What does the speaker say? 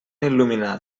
il·luminar